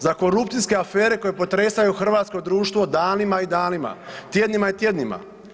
Za korupcijske afere koje potresaju hrvatsko društvo danima i danima, tjednima i tjednima.